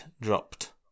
dropped